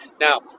Now